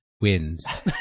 wins